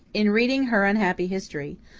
in reading her unhappy history,